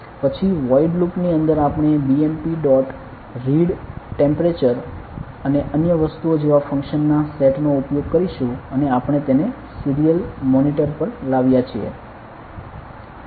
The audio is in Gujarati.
પછી વૉઇડ લૂપ ની અંદર આપણે bmp ડોટ રીડ ટેમ્પરેચર અને અન્ય વસ્તુઓ જેવાં ફંક્શન્સના સેટ નો ઉપયોગ કરીશું અને આપણે તેને સીરીયલ મોનિટર પર લાવ્યા છીએ